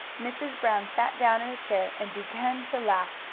mrs. brown sat down in a chair and began to laugh.